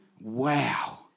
Wow